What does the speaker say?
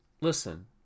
listen